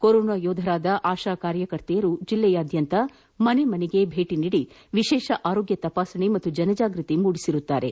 corona ಯೋಧರು ಹಾಗೂ ಆಶಾಕಾರ್ಯಕರ್ತೆಯರು ಜಿಲ್ಲೆಯಾದ್ಯಂತ ಮನೆಮನೆಗೆ ಭೇಟಿ ನೀಡಿ ವಿಶೇಷ ಆರೋಗ್ಯ ತಪಾಸಣೆ ಹಾಗೂ ಜನಜಾಗೃತಿ ಮೂದಿಸಿರುತ್ತಾರೆ